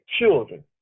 children